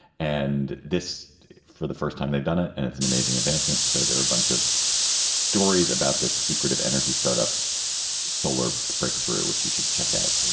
and this for the first time they've done it. and it's an amazing advancement. so there are a bunch of stories about the secret of energy startups solar breakthrough, which you should check out.